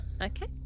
Okay